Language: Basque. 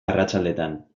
arratsaldetan